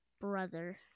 brother